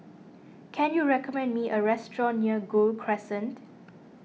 can you recommend me a restaurant near Gul Crescent